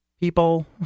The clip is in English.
people